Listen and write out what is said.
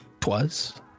twas